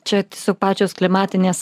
čia tiesiog pačios klimatinės